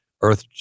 earth